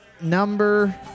number